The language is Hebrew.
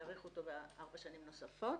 האריכו אותו בארבע שנים נוספות